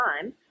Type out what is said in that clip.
time